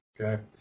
Okay